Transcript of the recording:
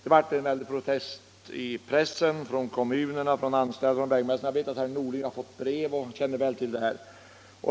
Det blev en mängd protester i pressen från kommunerna, från anställda och från vägmästare, och jag vet också att herr Norling har fått brev om det och känner väl till det här.